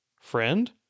Friend